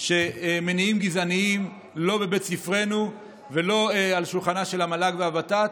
שמניעים גזעניים לא בבית ספרנו ולא על שולחנן של המל"ג והוות"ת.